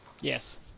Yes